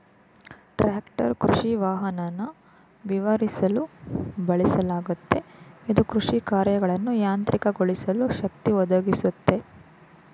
tractor ಕೃಷಿವಾಹನನ ವಿವರಿಸಲು ಬಳಸಲಾಗುತ್ತೆ ಇದು ಕೃಷಿಕಾರ್ಯಗಳನ್ನ ಯಾಂತ್ರಿಕಗೊಳಿಸಲು ಶಕ್ತಿ ಒದಗಿಸುತ್ತೆ